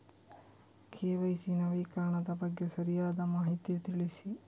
KYC ನವೀಕರಣದ ಬಗ್ಗೆ ಸರಿಯಾದ ಮಾಹಿತಿ ತಿಳಿಸಿ?